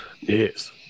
Yes